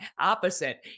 opposite